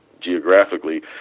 geographically